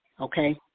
okay